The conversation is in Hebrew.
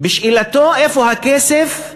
בשאלתו איפה הכסף,